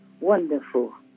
wonderful